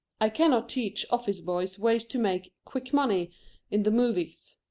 i cannot teach office-boys ways to make quick money in the movies.